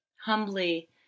humbly